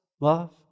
love